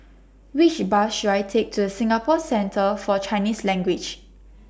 Which Bus should I Take to Singapore Centre For Chinese Language